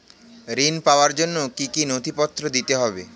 ঋণ পাবার জন্য কি কী নথিপত্র দিতে হবে?